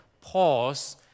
pause